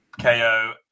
ko